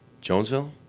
Jonesville